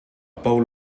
bowl